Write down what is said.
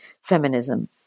feminism